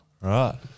Right